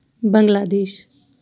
Bangladesh